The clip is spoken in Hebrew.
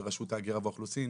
אם זה רשות ההגירה והאוכלוסין,